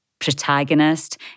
protagonist